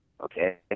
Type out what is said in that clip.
okay